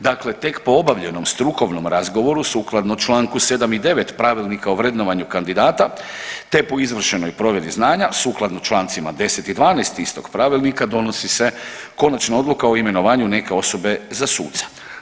Dakle, tek po obavljenom strukovnom razgovoru sukladno članku 7. i 9. Pravilnika o vrednovanju kandidata, te po izvršenoj provjeri znanja sukladno člancima 10. i 12. istog Pravilnika donosi se konačna odluka o imenovanju neke osobe za suca.